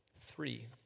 Three